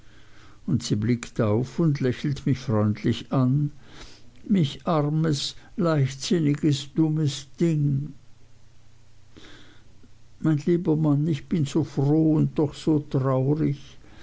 und sie blickt auf und lächelt mich freundlich an mich armes leichtsinniges dummes ding mein herz wen auf erden könnte ich mehr vermissen mein lieber mann ich bin so froh und doch so traurig